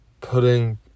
putting